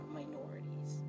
minorities